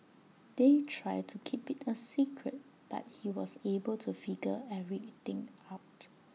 they tried to keep IT A secret but he was able to figure everything out